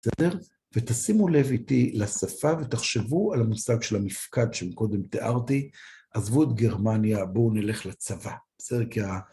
בסדר? ותשימו לב איתי לשפה ותחשבו על המושג של המיפקד שקודם תיארתי, עזבו את גרמניה, בואו נלך לצבא. בסדר?